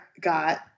got